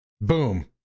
Boom